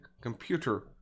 computer